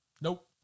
nope